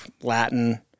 Latin